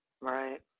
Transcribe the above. Right